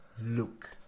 look